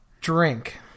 Drink